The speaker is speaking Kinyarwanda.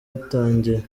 batangiye